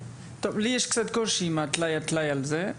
לי יש קצת קושי עם הטלאי על טלאי הזה,